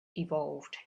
evolved